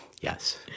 Yes